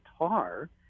guitar